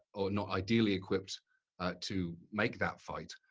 or not ideally equipped to make that fight.